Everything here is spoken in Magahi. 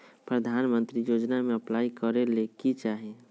प्रधानमंत्री योजना में अप्लाई करें ले की चाही?